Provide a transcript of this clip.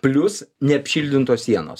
plius neapšiltintos sienos